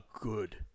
good